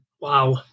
Wow